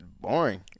boring